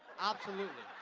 absolutely.